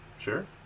Sure